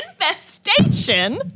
infestation